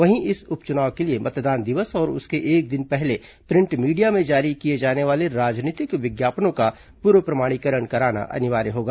वहीं इस उपचुनाव के लिए मतदान दिवस और उसके एक दिन पहले प्रिंट मीडिया में जारी किए जाने वाले राजनीतिक विज्ञापनों का पूर्व प्रमाणीकरण कराना अनिवार्य होगा